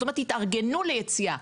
זאת אומרת, תתארגנו ליציאה.